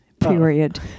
Period